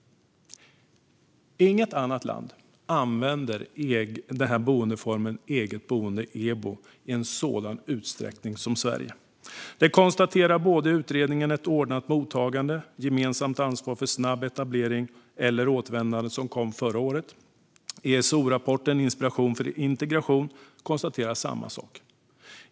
Inget annat land använder boendeformen eget boende, EBO, i en sådan utsträckning som Sverige. Det konstaterar utredningen Ett ordnat mottagande - gemensamt ansvar för snabb etablering eller återvändande som kom förra året. ESO-rapporten Inspiration för integration konstaterar samma sak.